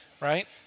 right